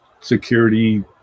security